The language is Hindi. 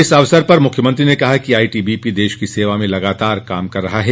इस अवसर पर मुख्यमंत्री ने कहा कि आईटीबीपी देश की सेवा में लगातार काम कर रही है